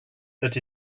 that